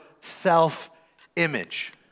self-image